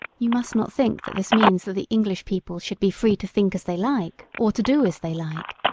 you must not think that this means that the english people should be free to think as they like or to do as they like.